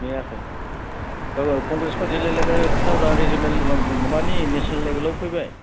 नेयाखै दा कंग्रेस पार्टि खोथाफोरा रिजोनेल माबानि नेसनेल लेभेलाव फैबाय